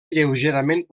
lleugerament